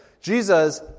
Jesus